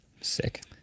Sick